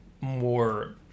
more